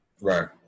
Right